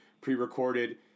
pre-recorded